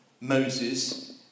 Moses